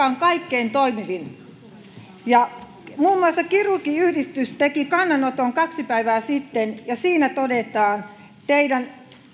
on kaikkein toimivin muun muassa kirurgiyhdistys teki kannanoton kaksi päivää sitten ja siinä todetaan teidän